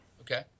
Okay